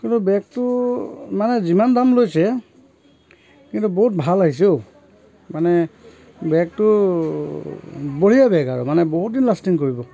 কিন্তু বেগটো মানে যিমান দাম লৈছে কিন্তু বহুত ভাল আহিছে ঔ মানে বেগটো বঢ়িয়া বেগ আৰু মানে বহুদিন লাষ্টিং কৰিব